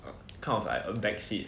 um kind of like a back seat